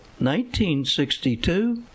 1962